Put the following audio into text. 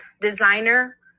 designer